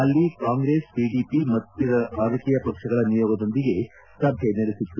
ಅಲ್ಲಿ ಕಾಂಗ್ರೆಸ್ ಪಿಡಿಪಿ ಮತ್ತಿತರ ರಾಜಕೀಯ ಪಕ್ಷಗಳ ನಿಯೋಗದೊಂದಿಗೆ ಸಭೆ ನಡೆಸಿತ್ತು